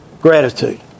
gratitude